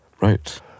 Right